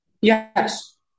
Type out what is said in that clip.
Yes